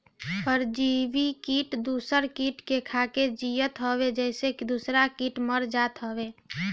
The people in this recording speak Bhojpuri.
परजीवी किट दूसर किट के खाके जियत हअ जेसे दूसरा किट मर जात हवे